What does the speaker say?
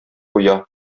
куя